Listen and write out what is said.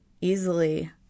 easily